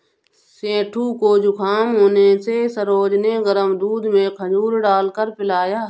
सेठू को जुखाम होने से सरोज ने गर्म दूध में खजूर डालकर पिलाया